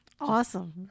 Awesome